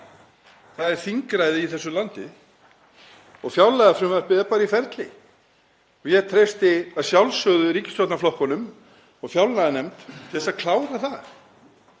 Það er þingræði í þessu landi og fjárlagafrumvarpið er bara í ferli. Ég treysti að sjálfsögðu ríkisstjórnarflokkunum og fjárlaganefnd til að klára það.